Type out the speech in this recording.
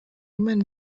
imana